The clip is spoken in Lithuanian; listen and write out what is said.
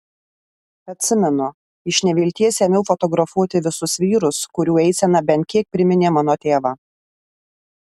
atsimenu iš nevilties ėmiau fotografuoti visus vyrus kurių eisena bent kiek priminė mano tėvą